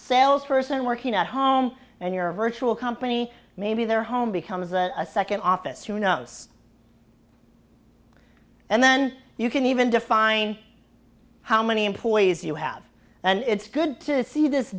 sales person working at home and you're a virtual company maybe their home becomes a second office who knows and then you can even define how many employees you have and it's good to see this